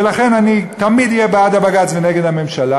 ולכן אני תמיד אהיה בעד הבג"ץ ונגד הממשלה,